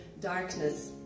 darkness